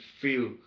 feel